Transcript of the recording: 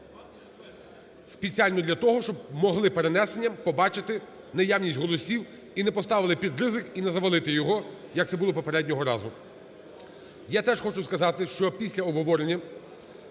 спеціального для того, щоб могли перенесенням побачити наявність голосів і не поставили під ризик, і не завалити його, як це було попереднього разу. Я теж хочу сказати, що після обговорення